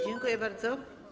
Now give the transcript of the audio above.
Dziękuję bardzo.